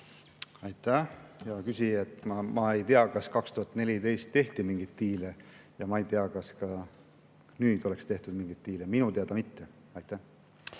Aitäh, hea küsija! Ma ei tea, kas 2014 tehti mingeid diile, ja ma ei tea, et ka nüüd oleks tehtud mingeid diile. Minu teada mitte. Aitäh,